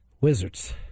Wizards